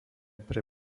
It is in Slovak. pre